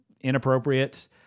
inappropriate